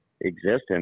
existence